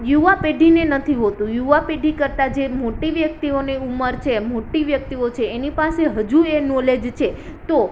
યુવા પેઢીને નથી હોતું યુવા પેઢી કરતા જે મોટી વ્યક્તિઓની ઉંમર છે મોટી વ્યક્તિઓ છે એની પાસે હજુ એ નોલેજ છે તો